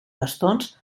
bastons